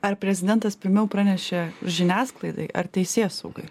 ar prezidentas pirmiau pranešė žiniasklaidai ar teisėsaugai